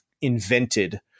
invented